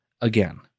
again